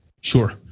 Sure